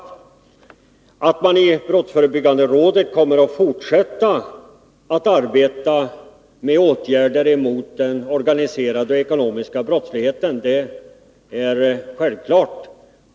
Det är självklart att man i brottsförebyggande rådet kommer att fortsätta arbeta med åtgärder mot den organiserade och ekonomiska brottsligheten.